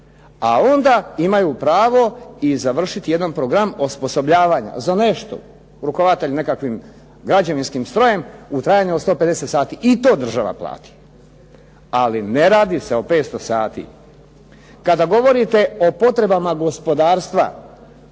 a onda imaju pravo i završiti jedan program osposobljavanja za nešto, rukovatelj nekakvim građevinskim strojem u trajanju od 150 sati i to država plaća. Ali ne radi se o 500 sati. Kada govorite o potrebama gospodarstva